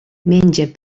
menja